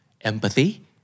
empathy